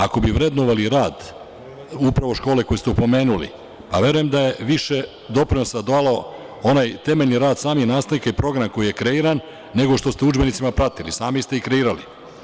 Ako bi vrednovali rad upravo škole koju ste pomenuli, a verujem da je više doprinosa dao onaj temeljni rad samih nastavnika i programa koji je kreiran, nego što ste u udžbenicima pratili, sami ste ih kreirali.